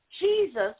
Jesus